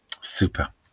super